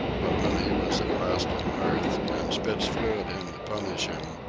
but when he was at last unearthed, and spitz flew at him to punish him,